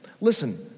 Listen